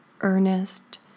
earnest